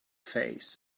face